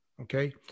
Okay